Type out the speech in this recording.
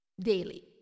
daily